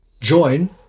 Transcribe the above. join